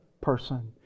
person